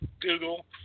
Google